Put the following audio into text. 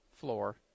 floor